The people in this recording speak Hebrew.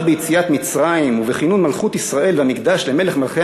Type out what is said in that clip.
ביציאת מצרים ובכינון מלכות ישראל והמקדש למלך מלכי